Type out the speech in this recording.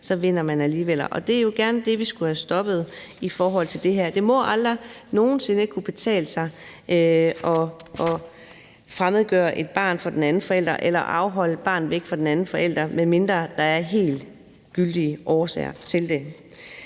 vinder alligevel, og det er jo gerne det, vi skulle have stoppet i forhold til det her. Det må aldrig nogen sinde kunne betale sig at fremmedgøre et barn over for den anden forælder eller holde et barn væk fra den anden forælder, medmindre der er helt gyldige årsager til det.